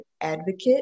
advocate